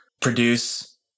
produce